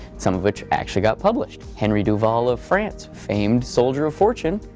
some of which actually got published henry duvall of france, famed soldier of fortune,